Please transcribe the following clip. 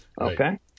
Okay